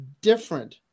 different